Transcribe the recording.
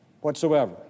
whatsoever